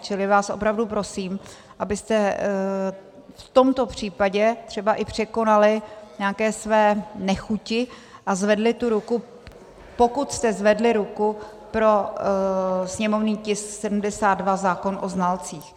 Čili vás opravdu prosím, abyste v tomto případě třeba i překonali nějaké své nechuti a zvedli ruku, pokud jste zvedli ruku pro sněmovní tisk 72, zákon o znalcích.